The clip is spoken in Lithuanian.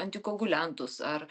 antikoguliantus ar